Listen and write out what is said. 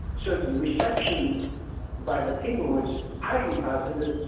certain reception by the people was highly positive,